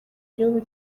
gihugu